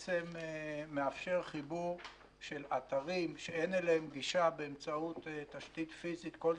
שמאפשר חיבור של אתרים שאין אליהם גישה באמצעות תשתית פיזית כלשהי,